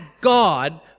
God